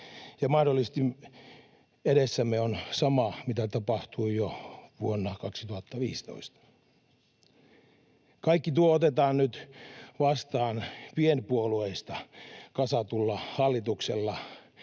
mahdollisesti edessämme on sama, mitä tapahtui jo vuonna 2015. Kaikki tuo otetaan nyt vastaan pienpuolueista kasatulla hallituksella,